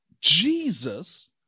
Jesus